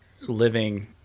living